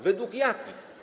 Według jakich?